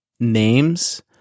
names